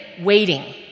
waiting